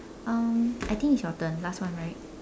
um I think it's your turn last one right